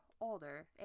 older